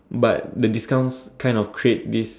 but the discounts kind of create this